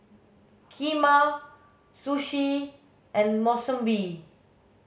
Kheema Sushi and Monsunabe